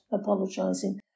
apologising